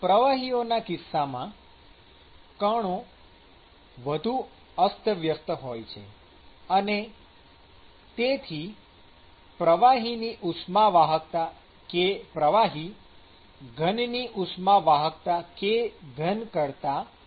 પ્રવાહીઓના કિસ્સામાં કણો વધુ અસ્તવ્યસ્ત હોય છે અને તેથી પ્રવાહીની ઉષ્માવાહકતા kપ્રવાહી ઘનની ઉષ્માવાહકતા kઘન કરતા ઓછી હોય છે